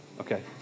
Okay